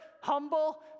humble